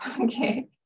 okay